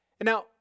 Now